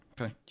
Okay